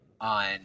on